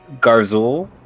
Garzul